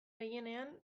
gehienean